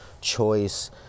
choice